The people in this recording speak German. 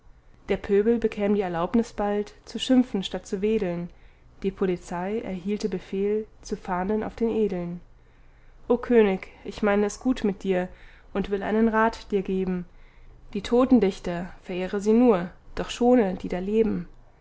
der pöbel bekäm die erlaubnis bald zu schimpfen statt zu wedeln die polizei erhielte befehl zu fahnden auf den edeln o könig ich meine es gut mit dir und will einen rat dir geben die toten dichter verehre sie nur doch schone die da leben